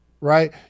right